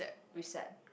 recep